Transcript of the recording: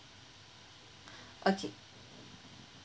okay